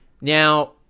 Now